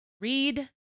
Read